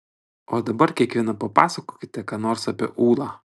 o dabar kiekviena papasakokite ką nors apie ūlą